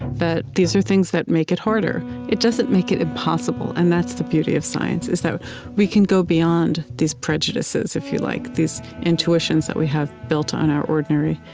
but these are things that make it harder. it doesn't make it impossible. and that's the beauty of science, is that we can go beyond these prejudices, if you like, these intuitions that we have built on our ordinary,